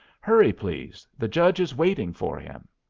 hurry, please the judge is waiting for him.